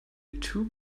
two